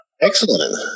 excellent